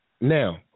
Now